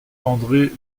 andré